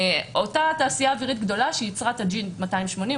אותה התעשייה האווירית הגדולה שייצרה את ה-G280,